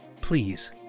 Please